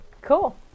Cool